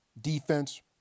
defense